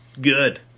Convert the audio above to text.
good